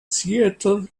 seattle